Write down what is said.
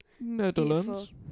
Netherlands